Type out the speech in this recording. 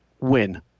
win